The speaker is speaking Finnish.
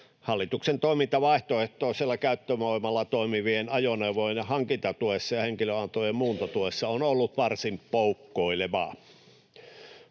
Hallituksen toiminta vaihtoehtoisella käyttövoimalla toimivien ajoneuvojen hankintatuessa ja henkilöautojen muuntotuessa on ollut varsin poukkoilevaa.